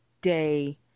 day